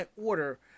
order